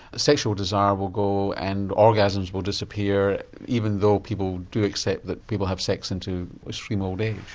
sexual desire will go and orgasms will disappear, even though people do accept that people have sex into extreme old age.